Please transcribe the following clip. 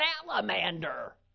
salamander